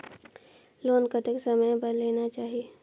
Loan कतेक समय बर लेना चाही?